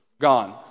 Gone